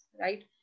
right